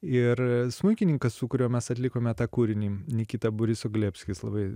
ir smuikininkas su kuriuo mes atlikome tą kūrinį nikita boriso glebskis labai